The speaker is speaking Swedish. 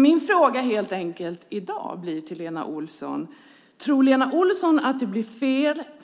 Min fråga i dag blir därför: Tror Lena Olsson att det blir